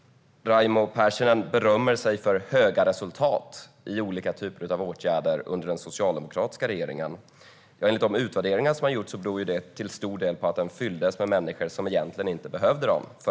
Raimo Pärssinen berömmer sig av goda resultat i olika typer av åtgärder under den socialdemokratiska regeringen. Enligt de utvärderingar som har gjorts beror detta till stor del på att de fylldes med människor som egentligen inte behövde dem.